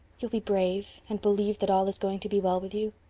you'll be brave, and believe that all is going to be well with you.